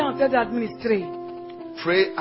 Pray